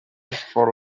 for